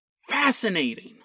Fascinating